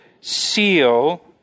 seal